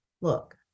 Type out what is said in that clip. look